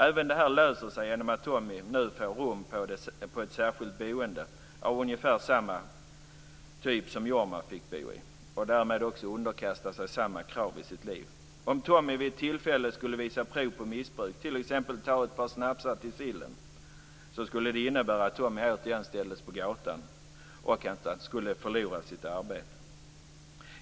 Även det här löser sig genom att Tommy nu får rum på ett särskilt boende av ungefär samma typ som Jorma fick. Därmed får han också underkasta sig samma krav i sitt liv. Om Tommy vid ett tillfälle skulle visa prov på missbruk, om han t.ex. skulle ta ett par snapsar till sillen, skulle det innebära att han återigen ställdes på gatan och skulle förlora sitt arbete.